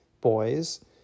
boys